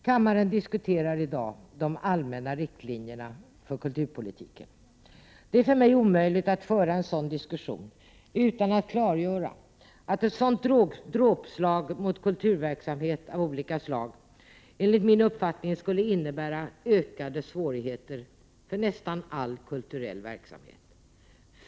Kammaren diskuterar i dag de allmänna riktlinjerna för kulturpolitiken. Det är för mig omöjligt att föra en sådan diskussion utan att klargöra att ett sådant dråpslag mot kulturverksamhet av olika slag enligt min uppfattning skulle innebära ökade svårigheter för nästan all kulturell verksamhet.